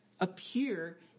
appear